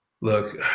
Look